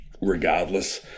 Regardless